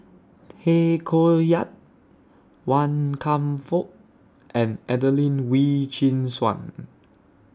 Tay Koh Yat Wan Kam Fook and Adelene Wee Chin Suan